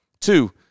Two